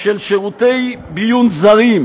של שירותי ביון זרים,